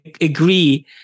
agree